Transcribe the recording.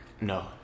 No